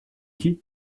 dit